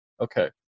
Okay